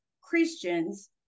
christians